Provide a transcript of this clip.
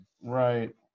right